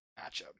matchup